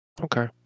Okay